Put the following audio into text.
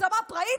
בהגזמה פראית,